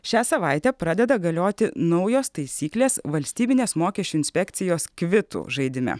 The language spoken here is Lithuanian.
šią savaitę pradeda galioti naujos taisyklės valstybinės mokesčių inspekcijos kvitų žaidime